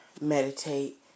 meditate